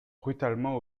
brutalement